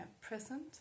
present